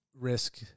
risk